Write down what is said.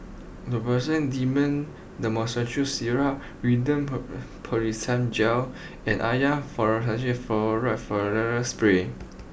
Robitussin Dextromethorphan Syrup Rosiden Piroxicam Gel and Avamys Fluticasone Furoate Spray